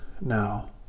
now